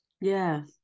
yes